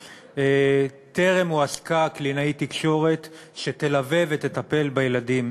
טרם הועסקה קלינאית תקשורת שתלווה את הילדים ותטפל בהם.